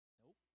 Nope